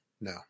no